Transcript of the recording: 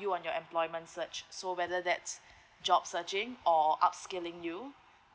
you on your employment search so whether that's job searching or upskilling you